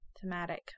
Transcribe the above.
thematic